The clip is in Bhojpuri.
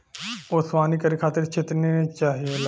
ओसवनी करे खातिर छितनी चाहेला